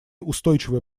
устойчивый